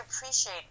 appreciate